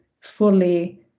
fully